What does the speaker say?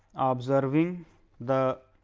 observing the